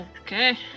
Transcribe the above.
Okay